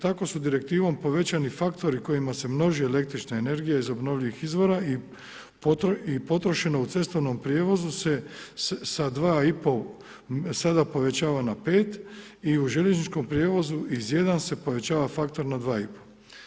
Tako su direktivom povećani faktori kojima se množi električna energije iz obnovljivih izvora i potrošeno u cestovnom prijevozu se sa 2 i pol sada povećava na 5 i u željezničkom prijevozu iz 1 se povećava faktor na 2 i pol.